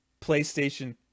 PlayStation